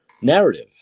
narrative